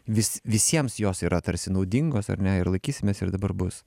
vis visiems jos yra tarsi naudingos ar ne ir laikysimės ir dabar bus